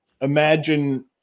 imagine